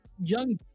young